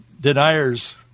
deniers